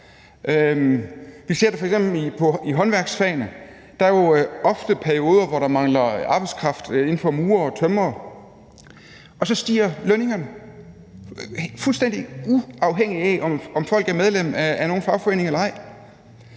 Vi ser det f.eks. i håndværksfagene, hvor der jo ofte er perioder, hvor man mangler arbejdskraft blandt murere og tømrere, og så stiger lønningerne, fuldstændig uafhængigt af om folk er medlem af nogen fagforening eller ej.